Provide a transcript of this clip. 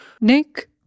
Nick